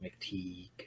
McTeague